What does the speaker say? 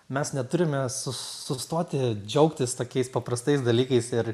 mes neturime su sustoti džiaugtis tokiais paprastais dalykais ir